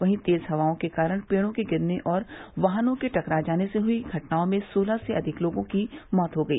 वहीं तेज हवाओं के कारण पेड़ों के गिरने और वाहनों के टकरा जाने से हुई घटनाओं में सोलह से अधिक लोगों की मौत हो गई